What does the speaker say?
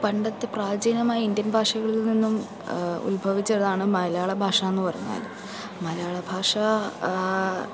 പണ്ടത്തെ പ്രാചീനമായ ഇന്ത്യൻ ഭാഷകളിൽ നിന്നും ഉത്ഭവിച്ചതാണ് മലയാള ഭാഷാന്ന് പറഞ്ഞാല് മലയാളഭാഷ